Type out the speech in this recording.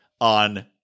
on